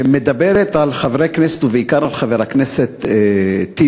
שמדברת על חברי כנסת, ובעיקר על חבר הכנסת טיבי,